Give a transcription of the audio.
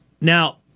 Now